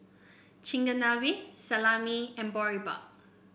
Chigenabe Salami and Boribap